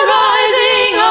rising